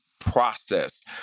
process